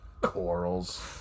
Corals